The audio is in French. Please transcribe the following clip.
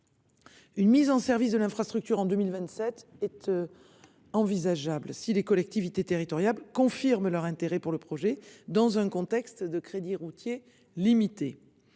Une mise en service de l'infrastructure en 2027 être. Envisageable si les collectivités territoriales confirment leur intérêt pour le projet dans un contexte de crédit routier limité,